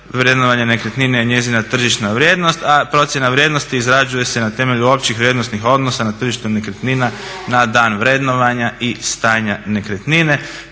vrednovanje nekretnine je njezina tržišna vrijednost, a procjena vrijednosti izrađuje se na temelju općih vrijednosnih odnosa na tržištu nekretnina na dan vrednovanja i stanja nekretnine.